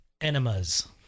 Enemas